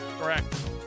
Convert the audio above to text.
Correct